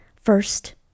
First